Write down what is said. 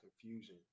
confusion